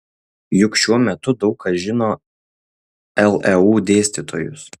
juk šiuo metu daug kas žino leu dėstytojus